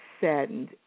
saddened